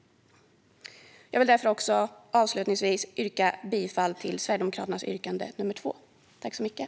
Jag vill därför avslutningsvis yrka bifall till Sverigedemokraternas yrkande i reservation nr 2.